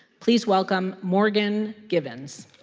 please welcome morgan givens